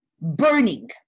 burning